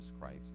Christ